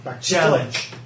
Challenge